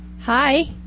Hi